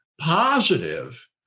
positive